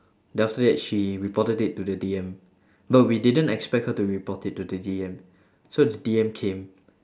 then after that she reported it to the D_M no we didn't expect her to report it to the D_M so the D_M came